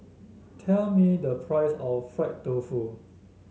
tell me the price of Fried Tofu